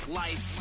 life